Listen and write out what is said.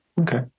Okay